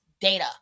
data